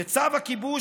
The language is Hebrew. בצו הכיבוש,